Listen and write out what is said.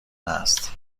هست